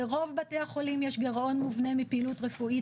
לרוב בתי החולים יש גירעון מובנה מפעילות רפואית,